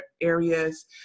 areas